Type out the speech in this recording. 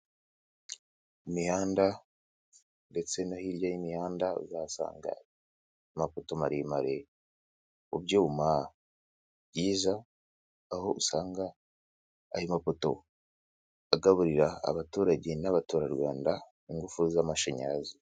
Imihanda ndetse no hirya y'imihanda uzasanga amapoto maremare mu byuma byiza, aho usanga ayo mapoto agaburira abaturage n'abaturarwanda ingufu z'amashanyarazi.